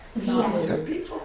Yes